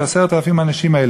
של 10,000 האנשים האלה,